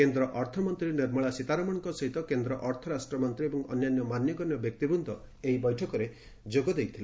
କେନ୍ଦ୍ର ଅର୍ଥମନ୍ତ୍ରୀ ନିର୍ମଳା ସୀତାରମଣଙ୍କ ସହିତ କେନ୍ଦ୍ର ଅର୍ଥ ରାଷ୍ଟ୍ରମନ୍ତ୍ରୀ ଏବଂ ଅନ୍ୟାନ୍ୟ ମାନ୍ୟଗଣ୍ୟ ବ୍ୟକ୍ତିବୃନ୍ଦ ଏହି ବୈଠକରେ ଉପସ୍ଥିତ ଥିଲେ